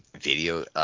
Video